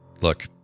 Look